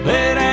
Let